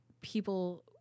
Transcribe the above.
people